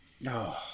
No